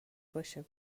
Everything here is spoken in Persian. باشه